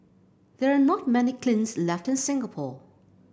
there are not many kilns left in Singapore